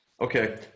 Okay